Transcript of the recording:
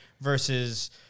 versus